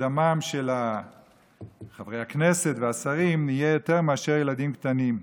שדמם של חברי הכנסת והשרים יהיה יותר מאשר של ילדים קטנים.